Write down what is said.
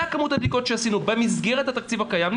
כמות הבדיקות שעשיתם במסגרת התקציב הקיים,